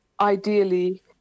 ideally